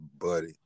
buddy